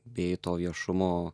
bijai to viešumo